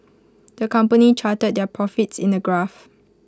the company charted their profits in A graph